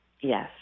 Yes